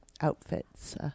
Outfits